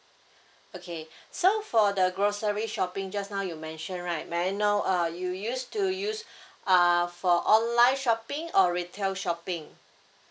okay so for the grocery shopping just now you mention right may I know uh you used to use uh for online shopping or retail shopping